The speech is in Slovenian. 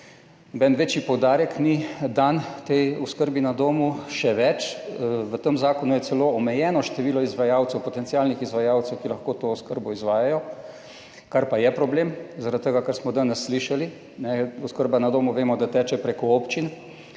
Noben večji poudarek ni dan tej oskrbi na domu. Še več, v tem zakonu je celo omejeno število izvajalcev, potencialnih izvajalcev, ki lahko to oskrbo izvajajo, kar pa je problem, zaradi tega, kar smo danes slišali, oskrba na domu vemo, da teče preko občin,